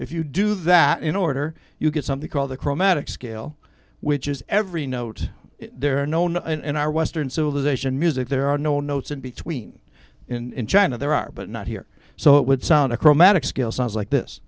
if you do that in order you get something called the chromatic scale which is every note there are known in our western civilization music there are no notes in between in china there are but not here so it would sound a chromatic scale sounds like this